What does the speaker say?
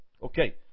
Okay